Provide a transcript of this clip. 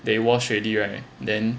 they wash already right then